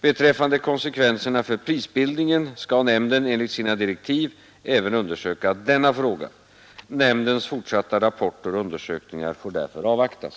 Beträffande konsekvenserna för prisbildningen skall nämnden enligt sina direktiv även undersöka denna fråga. Nämndens fortsatta rapporter och undersökningar får därför avvaktas.